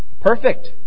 perfect